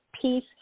peace